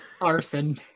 arson